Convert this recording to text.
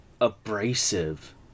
abrasive